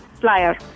flyer